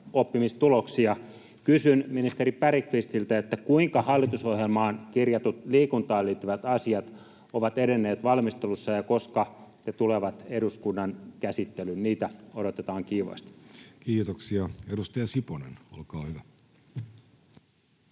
oppimistuloksia. Kysyn ministeri Bergqvistiltä: kuinka hallitusohjelmaan kirjatut liikuntaan liittyvät asiat ovat edenneet valmistelussa, ja koska ne tulevat eduskunnan käsittelyyn? Niitä odotetaan kiivaasti [Speech 116] Speaker: